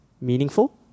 meaningful